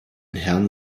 herrn